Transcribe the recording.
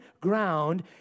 ground